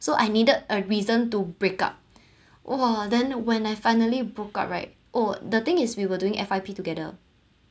so I needed a reason to break up !whoa! then when I finally broke out right oh the thing is we were doing F_Y_P together